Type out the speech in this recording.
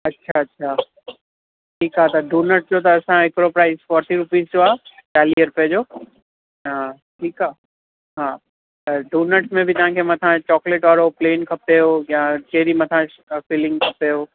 अच्छा अच्छा ठीकु आहे त डोनट्स जो त असां हिकिड़ो प्राइज फ़ोर्टी रुपीज़ जो आहे चालीह रुपए जो हा ठीकु आहे हा त डोनट्स में बि तव्हांखे मथां चॉकलेट वारो प्लेन खपेव या चेरी मथां फ़िलिंग खपेव